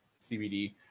CBD